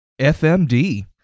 FMD